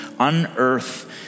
Unearth